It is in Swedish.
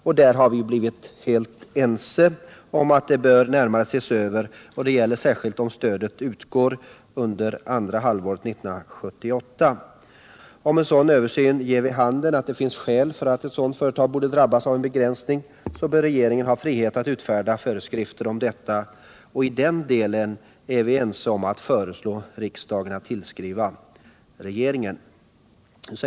Därvidlag har vi blivit ense om att detta bör närmare ses över, särskilt då om stödet utgår under andra halvåret 1978. Om en översyn ger vid handen att ett sådant företag borde drabbas av en begränsning, bör regeringen ha frihet att utfärda föreskrifter om detta, och i den delen är vi ense om att föreslå riksdagen att tillskriva regeringen.